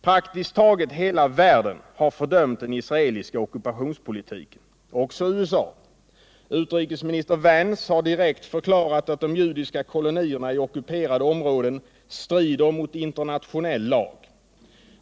; Praktiskt taget hela världen har fördömt den israeliska ockupationspolitiken, också USA. Utrikesminister Vance har direkt förklarat att de judiska kolonierna i ockuperade områden ”strider mot internationell lag”.